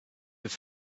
have